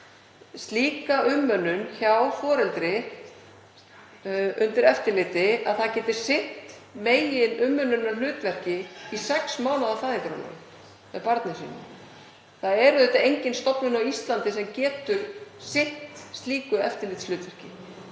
slíka umönnun hjá foreldri undir eftirliti þannig að það geti sinnt meginumönnunarhlutverki í sex mánaða fæðingarorlof með barni sínu. Það er engin stofnun á Íslandi sem getur sinnt slíku eftirlitshlutverki.